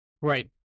right